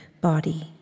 body